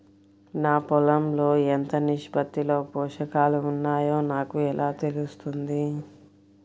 నా పొలం లో ఎంత నిష్పత్తిలో పోషకాలు వున్నాయో నాకు ఎలా తెలుస్తుంది?